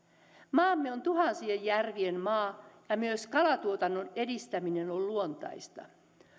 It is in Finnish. maamme on tuhansien järvien maa ja myös kalatuotannon edistäminen on on luontaista